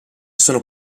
sono